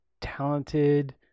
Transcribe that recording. talented